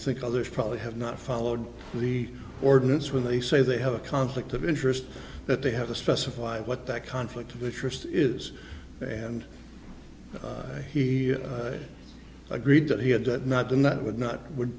think others probably have not followed the ordinance when they say they have a conflict of interest that they have to specify what that conflict of interest is and he agreed that he had it not them that would not would